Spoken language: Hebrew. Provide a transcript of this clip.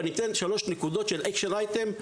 ואני אתן שלוש נקודות של אקשן אייטם.